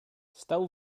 still